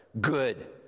Good